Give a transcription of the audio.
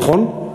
נכון?